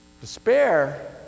Despair